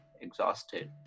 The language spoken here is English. exhausted